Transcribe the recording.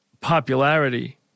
popularity